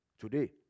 today